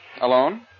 Alone